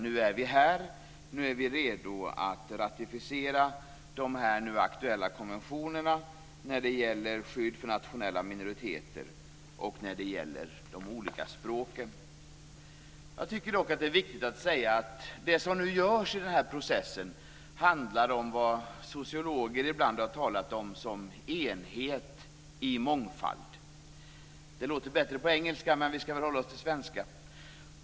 Nu är vi här, och nu är vi redo att ratificera de nu aktuella konventionerna när det gäller skydd för nationella minoriteter och när det gäller de olika språken. Jag tycker dock att det är viktigt att säga att det som nu görs i den här processen handlar om vad sociologer ibland har talat om som enhet i mångfald. Det låter bättre på engelska, men vi ska väl hålla oss till svenska.